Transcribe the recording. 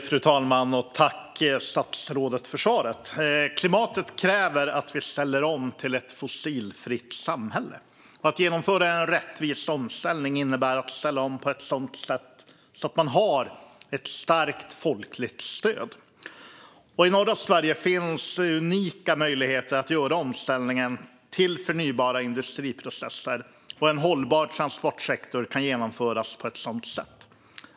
Fru talman! Tack, statsrådet, för svaret! Klimatet kräver att vi ställer om till ett fossilfritt samhälle. Att genomföra en rättvis omställning innebär att ställa om på ett sådant sätt att man har ett starkt folkligt stöd. I norra Sverige finns unika möjligheter att göra omställningen till förnybara industriprocesser, och en hållbar transportsektor kan genomföras på ett sådant sätt.